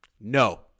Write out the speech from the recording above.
No